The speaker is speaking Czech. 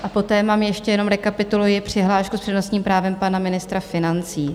A poté mám ještě, jenom rekapituluji, přihlášku s přednostním právem pana ministra financí.